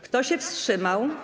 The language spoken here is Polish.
Kto się wstrzymał?